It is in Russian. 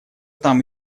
там